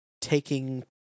taking